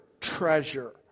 treasure